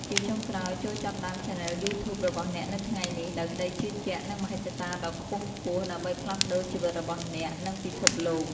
ជាចុងក្រោយ ចូរចាប់ផ្តើមឆានែលយូធូប របស់អ្នកនៅថ្ងៃនេះ ដោយក្តីជឿជាក់ និងមហិច្ឆតាដ៏ខ្ពង់ខ្ពស់ ដើម្បីផ្លាស់ប្តូរជីវិតរបស់អ្នក និងពិភពលោក។